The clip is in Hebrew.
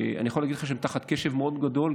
אני יכול הגיד לך שהם תחת קשב מאוד גדול,